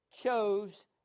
chose